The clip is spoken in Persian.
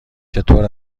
چطور